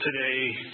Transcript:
today